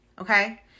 okay